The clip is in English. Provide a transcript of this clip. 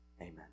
Amen